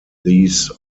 these